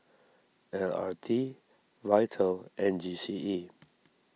L R T Vital and G C E